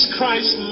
Christ